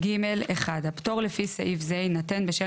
"(ג) (1)הפטור לפי סעיף זה יינתן בשל